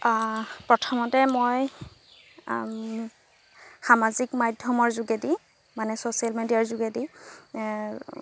প্ৰথমতে মই সামাজিক মাধ্যমৰ যোগেদি মানে চ'চিয়েল মিডিয়াৰ যোগেদি